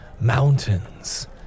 mountains